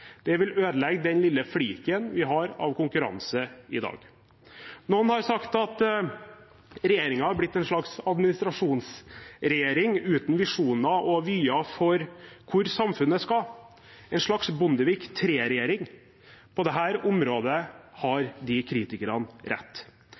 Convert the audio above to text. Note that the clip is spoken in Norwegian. Det vil ødelegge den lille fliken vi har av konkurranse i dag. Noen har sagt at regjeringen har blitt en slags administrasjonsregjering uten visjoner og vyer for hvor samfunnet skal, en slags Bondevik III-regjering. På dette området har